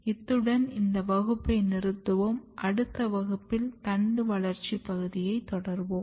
இத்துடன் இந்த வகுப்பை நிறுத்துவோம் அடுத்த வகுப்பில் தண்டு வளர்ச்சி பகுதியை தொடர்வோம்